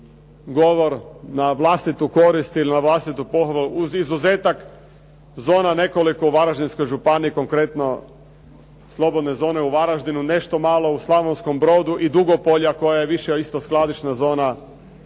govor na vlastitu korist ili na vlastitu pohvalu, uz izuzetak nekoliko zona u Varaždinskoj županiji, konkretno slobodne zone u Varaždinu, nešto malo u Slavonskom Brodu i Dugopolja koja je više isto skladišna zona,